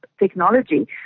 technology